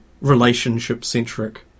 relationship-centric